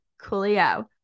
Coolio